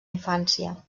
infància